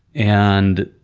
and